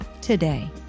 today